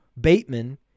Bateman